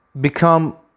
become